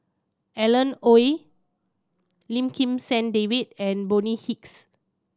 Alan Oei Lim Kim San David and Bonny Hicks